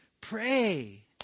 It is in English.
Pray